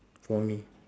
for me